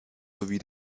sowie